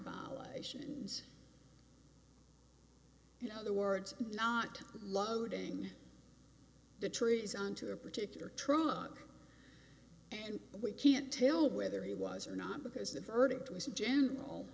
sions in other words not loading the trees onto a particular trauma and we can't tell whether he was or not because the verdict was in general